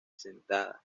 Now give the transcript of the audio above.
sentada